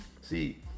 see